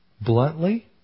Bluntly